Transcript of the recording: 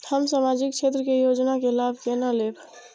हम सामाजिक क्षेत्र के योजना के लाभ केना लेब?